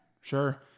Sure